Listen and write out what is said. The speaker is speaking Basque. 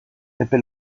epe